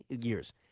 years